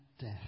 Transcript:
death